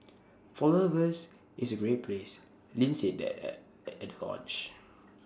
for lovers it's A great place Lin said that at at the hodge